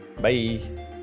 Bye